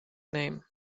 name